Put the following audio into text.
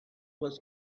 was